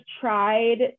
tried